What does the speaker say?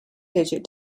digit